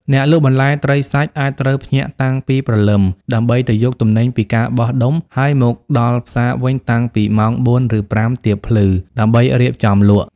អ្នកលក់បន្លែត្រីសាច់អាចត្រូវភ្ញាក់តាំងពីព្រលឹមដើម្បីទៅយកទំនិញពីការបោះដុំ ហើយមកដល់ផ្សារវិញតាំងពីម៉ោង ៤ ឬ ៥ ទៀបភ្លឺ ដើម្បីរៀបចំលក់។